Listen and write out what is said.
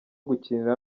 gukinira